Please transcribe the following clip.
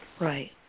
Right